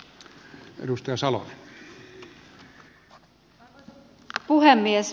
arvoisa puhemies